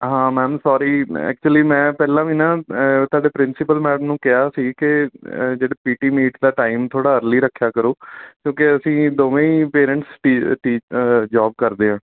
ਹਾਂ ma'am sorry actually ਮੈਂ ਪਹਿਲਾਂ ਵੀ ਨਾ ਤੁਹਾਡੇ ਪ੍ਰਿੰਸੀਪਲ ਮੈਡਮ ਨੂੰ ਕਿਹਾ ਸੀ ਕਿ ਜਿਹੜੇ ਪੀ ਟੀ ਮੀਟ ਦਾ ਟਾਈਮ ਥੋੜ੍ਹਾ ਅਰਲੀ ਰੱਖਿਆ ਕਰੋ ਕਿਉਂਕਿ ਅਸੀਂ ਦੋਵੇਂ ਹੀ ਪੇਰੈਂਟਸ ਟੀ ਟੀ ਜੋਬ ਕਰਦੇ ਹਾਂ